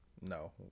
No